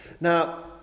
Now